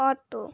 auto